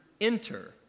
enter